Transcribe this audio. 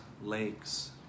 lakes